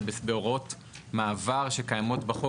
זה בהוראות מעבר שקיימות בחוק,